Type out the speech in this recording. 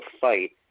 fight